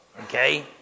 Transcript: okay